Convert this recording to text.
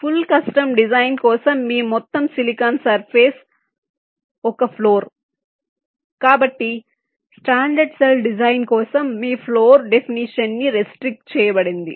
full custom design కోసం మీ మొత్తం సిలికాన్ సర్ఫేస్ ఒక ఫ్లోర్ కానీ స్టాండర్డ్ సెల్ డిజైన్ కోసం మీ ఫ్లోర్ డెఫినిషన్ ని రెస్ట్రిక్ట్ చేయబడింది